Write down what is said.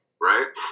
Right